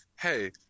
Hey